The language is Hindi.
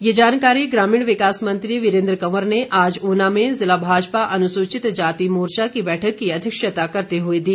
ये जानकारी ग्रामीण विकास मंत्री वीरेन्द्र कंवर ने आज ऊना में ज़िला भाजपा अनुसूचित जाति मोर्चा की बैठक की अध्यक्षता करते हुए दी